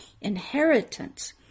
inheritance